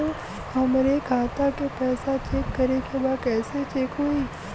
हमरे खाता के पैसा चेक करें बा कैसे चेक होई?